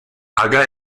haga